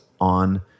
on